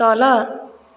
तल